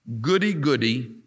goody-goody